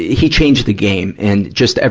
he changed the game. and, just every,